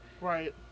Right